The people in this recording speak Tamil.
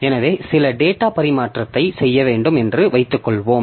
எனவே சில டேட்டா பரிமாற்றத்தை செய்ய வேண்டும் என்று வைத்துக்கொள்வோம்